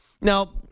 now